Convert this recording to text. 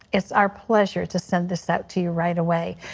is our pleasure to send this ah to you right away.